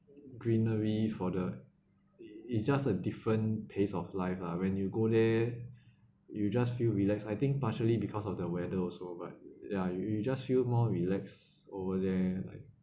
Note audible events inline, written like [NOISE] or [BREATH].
greenery for the it it's just a different pace of life ah when you go there [BREATH] you just feel relax I think partially because of the weather also but ya you you just feel more relax over there like